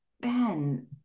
Ben